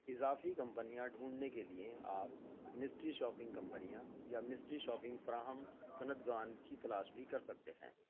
اضافی کمپنیاں ڈھونڈنے کے لیے آپ مسٹری شاپنگ کمپنیاں یا مسٹری شاپنگ فراہم کنندگان کی تلاش بھی کر سکتے ہیں